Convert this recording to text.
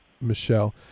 Michelle